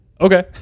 Okay